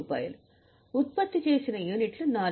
28000 ఉత్పత్తి చేసిన యూనిట్లు 4000